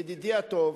ידידי הטוב,